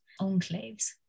enclaves